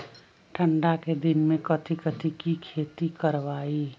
ठंडा के दिन में कथी कथी की खेती करवाई?